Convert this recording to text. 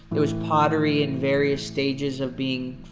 there was pottery in various stages of being